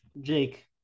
Jake